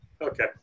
okay